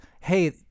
hey